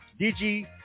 DG